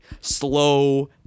slow